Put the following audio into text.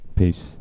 peace